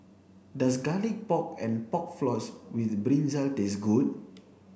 does garlic pork and pork floss with brinjal taste good